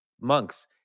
monks